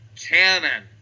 Cannon